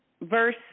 verse